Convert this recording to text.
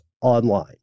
online